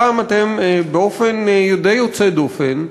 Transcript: הפעם אתם, באופן די יוצא דופן,